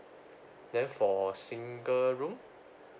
then for single room